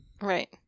Right